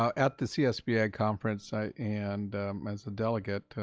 um at the csba conference and as a delegate,